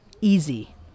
easy